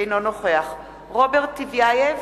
אינו נוכח רוברט טיבייב,